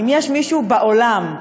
אם יש מישהו בעולם,